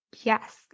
Yes